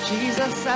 Jesus